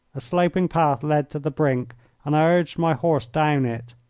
a sloping path led to the brink and i urged my horse down it.